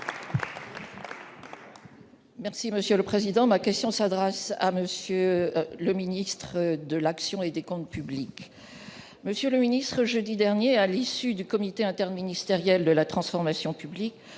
Merci monsieur le président, ma question s'adresse à monsieur le ministre de l'action et des Comptes publics, monsieur le ministre, jeudi dernier, à l'issue du comité interministériel de la transformation public